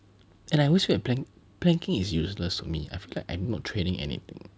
and I always feel plank planking is useless to me I feel like I'm not training anything